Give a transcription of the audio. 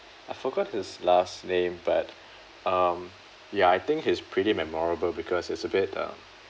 I forgot his last name but um ya I think he's pretty memorable because he's a bit uh